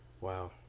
Wow